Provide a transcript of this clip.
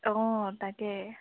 অঁ তাকে